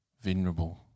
venerable